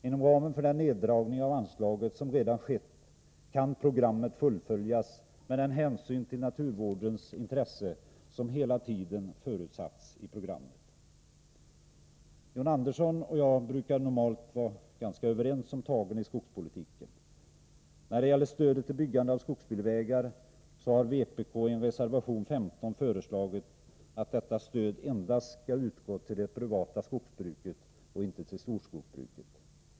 Inom ramen för den minskning av anslaget som redan skett kan programmet fullföljas med den hänsyn till naturvårdens intressen som hela tiden förutsatts i programmet. John Andersson och jag brukar normalt vara ganska överens om tagen i skogspolitiken. När det gäller stödet till byggande av skogsbilvägar har emellertid vpk i reservation 15 föreslagit att detta stöd skall utgå endast till det privata skogsbruket och inte till storskogsbruket.